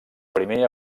primer